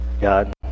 God